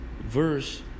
verse